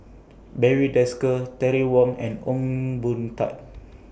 Barry Desker Terry Wong and Ong Boon Tat